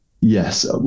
yes